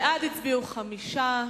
בעד, 5,